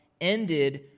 Ended